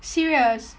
serious